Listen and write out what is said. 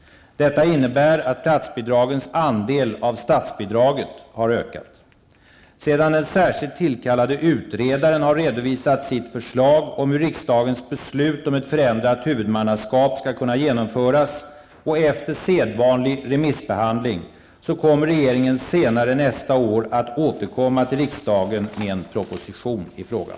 Detta innebär att platsbidragens andel av statsbidraget har ökat. Sedan den särskilt tillkallade utredaren har redovisat sitt förslag om hur riksdagens beslut om ett förändrat huvudmannaskap skall kunna genomföras och efter sedvanlig remissbehandling kommer regeringen senare nästa år att återkomma till riksdagen med en proposition i frågan.